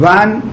one